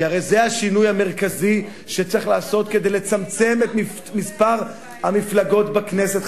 כי הרי זה השינוי המרכזי שצריך לעשות כדי לצמצם את מספר המפלגות בכנסת,